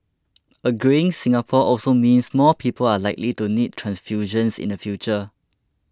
a greying Singapore also means more people are likely to need transfusions in the future